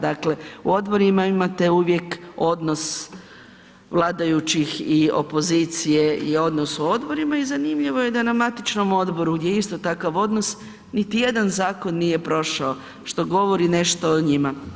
Dakle u odborima imate uvijek odnos vladajućih i opozicije i odnos u odborima i zanimljivo je da na matičnom odboru gdje je isto takav odnos niti jedan zakon nije prošao, što govori nešto o njima.